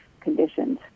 conditions